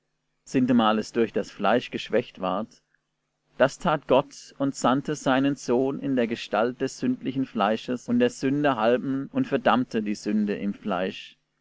sintemal es durch das fleisch geschwächt ward das tat gott und sandte seinen sohn in der gestalt des sündlichen fleisches und der sünde halben und verdammte die sünde im fleisch